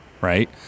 Right